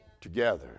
together